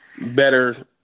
better